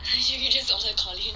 actually just order Collin